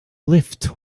lift